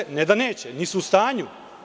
Znači, ne da neće, nisu u stanju.